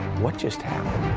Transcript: what just happened